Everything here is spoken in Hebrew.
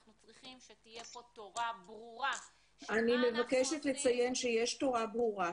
אנחנו צריכים שתהיה פה תורה ברורה -- אני מבקשת לציין שיש תורה ברורה.